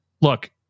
look